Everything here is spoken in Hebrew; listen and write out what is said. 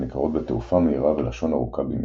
הניכרות בתעופה מהירה ולשון ארוכה במיוחד.